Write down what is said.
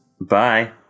bye